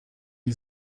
die